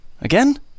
Again